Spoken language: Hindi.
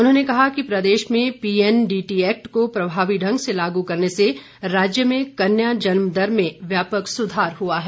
उन्होंने कहा कि प्रदेश में पीएनडीटी एक्ट को प्रभावी ढंग से लागू करने से राज्य में कन्या जन्म दर में व्यापक सुधार हुआ है